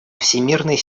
всемирной